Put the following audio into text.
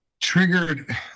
triggered